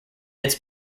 its